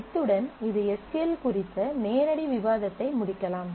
இத்துடன் இது S Q L குறித்த நேரடி விவாதத்தை முடிக்கலாம்